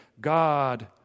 God